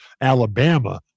Alabama